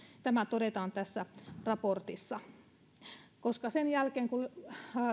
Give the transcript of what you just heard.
tämä todetaan tässä raportissa sen jälkeen kun